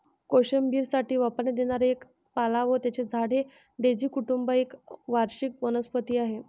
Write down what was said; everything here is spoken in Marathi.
कोशिंबिरीसाठी वापरण्यात येणारा एक पाला व त्याचे झाड हे डेझी कुटुंब एक वार्षिक वनस्पती आहे